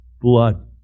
blood